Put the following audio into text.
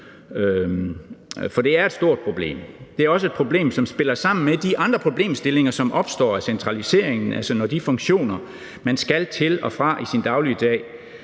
og det er et stort problem. Det er også et problem, som spiller sammen med de andre problemstillinger, som opstår af centraliseringen, altså når de funktioner, som man skal til og fra i sin dagligdag,